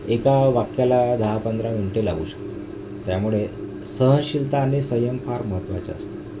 एका वाक्याला दहा पंधरा मिनटे लागू शकतो त्यामुळे सहनशीलता आणि संयम फार महत्त्वाचे असतात